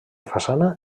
façana